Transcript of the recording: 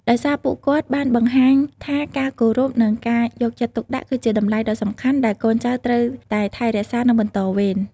ដោយសារពួកគាត់បានបង្ហាញថាការគោរព និងការយកចិត្តទុកដាក់ គឺជាតម្លៃដ៏សំខាន់ដែលកូនចៅត្រូវតែថែរក្សា និងបន្តវេន។